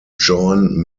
join